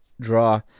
draw